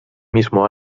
mismo